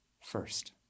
first